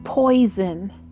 Poison